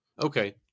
Okay